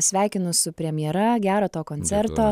sveikinu su premjera gero tau koncerto